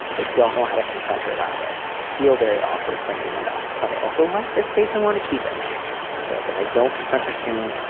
i don't know how to confront her about this. i feel very awkward bringing it up. but i also like this space and want to keep it. i feel like if i don't confront her soon,